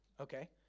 Okay